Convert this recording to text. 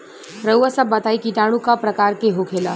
रउआ सभ बताई किटाणु क प्रकार के होखेला?